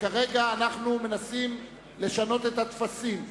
כרגע אנחנו מנסים לשנות את הטפסים.